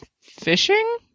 fishing